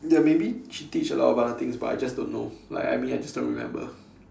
ya maybe she teach a lot of other things but I just don't know like I mean I just don't remember